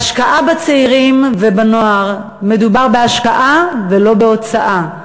ההשקעה בצעירים ובנוער, מדובר בהשקעה ולא בהוצאה.